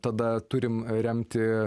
tada turime remti